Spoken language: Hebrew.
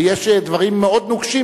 ויש דברים מאוד נוקשים,